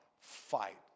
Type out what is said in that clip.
fight